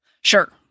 Sure